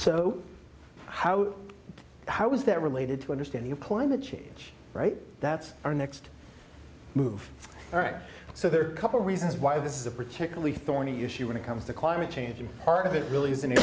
so how is that related to understanding of climate change right that's our next move all right so there are couple reasons why this is a particularly thorny issue when it comes to climate change and part of it really isn't